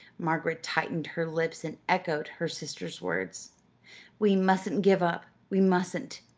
margaret tightened her lips and echoed her sister's words we mustn't give up we mustn't!